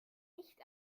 nicht